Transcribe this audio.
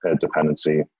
dependency